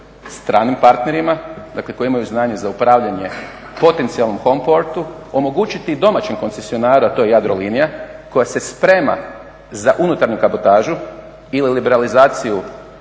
stranim partnerima, dakle koji imaju znanje za upravljanje potencijalnom …/Govornik se ne razumije./… omogućiti i domaćem koncesionaru a to je Jadrolinija koja se sprema za unutarnju kabotažu ili liberalizaciju